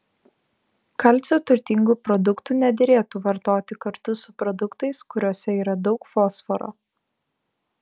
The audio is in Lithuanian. kalcio turtingų produktų nederėtų vartoti kartu su produktais kuriuose yra daug fosforo